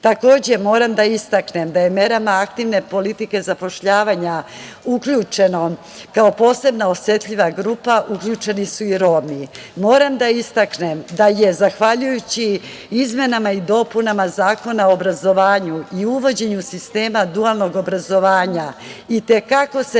moram da istaknem da je merama aktivne politike zapošljavanja uključeno kao posebno osetljiva grupa, uključeni su i Romi. Moram da istaknem da je zahvaljujući izmena i dopunama Zakona o obrazovanju i uvođenju sistema dualnog obrazovanja i te kako se